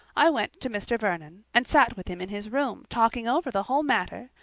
i went to mr. vernon, and sat with him in his room talking over the whole matter,